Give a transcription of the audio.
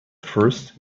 first